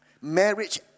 marriage